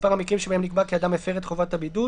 מספר המקרים שבהם נקבע כי האדם הפר את חובת הבידוד,